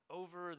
over